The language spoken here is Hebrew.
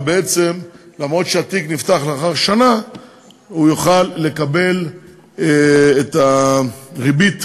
ואף שהתיק נפתח לאחר שנה הוא יוכל לקבל את הריבית